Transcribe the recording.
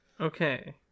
Okay